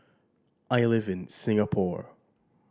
I live in Singapore